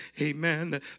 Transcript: Amen